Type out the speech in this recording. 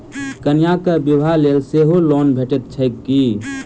कन्याक बियाह लेल सेहो लोन भेटैत छैक की?